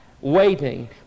waiting